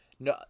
no